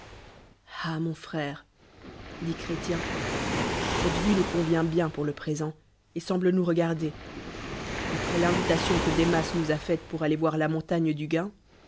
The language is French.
ah mon frère dit chrétien cette vue riousconvfent bien pour le présedt et semble nous regarder après l'invitation que des masses nous a faite pour aller voir la montagne du gain